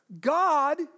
God